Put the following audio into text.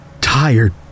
tired